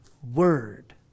Word